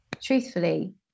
truthfully